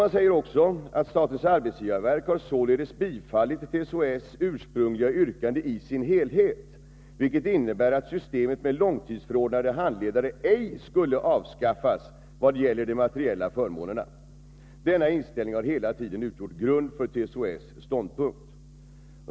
Man säger också att statens arbetsgivarverk således har bifallit TCO-S ursprungliga yrkande i dess helhet, vilket innebär att systemet med långtidsförordnade handledare ej skulle avskaffas i vad gäller de materiella förmånerna. Denna inställning har hela tiden utgjort grunden för TCO-S ståndpunkt.